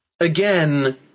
Again